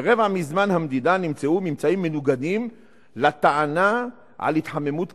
ברבע מזמן המדידה נמצאו ממצאים מנוגדים לטענה על התחממות כדור-הארץ.